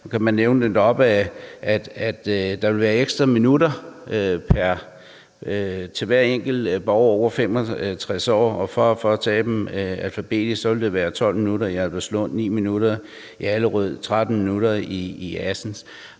der ville være ekstra minutter til hver enkelt borger over 65 år, og for at tage dem alfabetisk vil det være 12 minutter i Albertslund, 9 minutter i Allerød, 13 minutter i Assens.